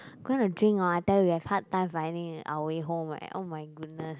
gonna drink hor I tell you we have hard time finding our way home eh oh-my-goodness